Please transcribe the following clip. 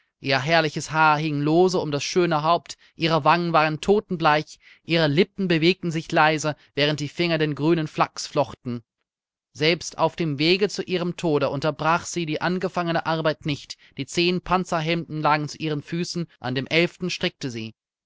ihr herrliches haar hing lose um das schöne haupt ihre wangen waren totenbleich ihre lippen bewegten sich leise während die finger den grünen flachs flochten selbst auf dem wege zu ihrem tode unterbrach sie die angefangene arbeit nicht die zehn panzerhemden lagen zu ihren füßen an dem elften strickte sie